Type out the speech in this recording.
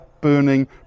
burning